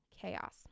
chaos